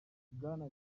bwana